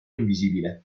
invisibile